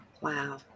Wow